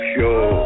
Show